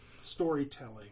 storytelling